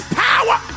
power